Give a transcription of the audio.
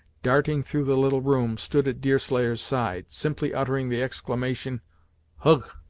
darting through the little room, stood at deerslayer's side, simply uttering the exclamation hugh!